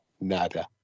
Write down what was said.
nada